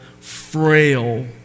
frail